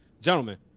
gentlemen